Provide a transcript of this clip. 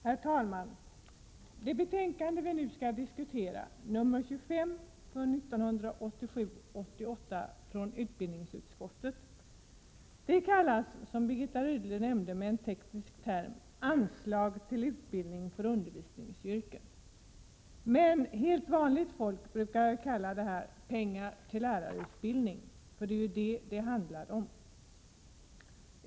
Herr talman! Rubriken till det betänkande från utbildningsutskottet som vi nu diskuterar, 1987/88:25 är tekniskt sett, som Birgitta Rydle nämnde, ”anslag till utbildning för undervisningsyrken” , men vanligt folk brukar kalla detta ”pengar till lärarutbildning”, och det är det som det handlar om.